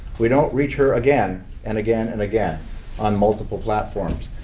we don't reach her again and again and again on multiple platforms.